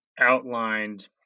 outlined